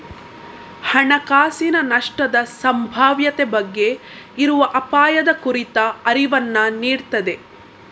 ಹಣಕಾಸಿನ ನಷ್ಟದ ಸಂಭಾವ್ಯತೆ ಬಗ್ಗೆ ಇರುವ ಅಪಾಯದ ಕುರಿತ ಅರಿವನ್ನ ನೀಡ್ತದೆ